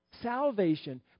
salvation